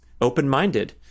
open-minded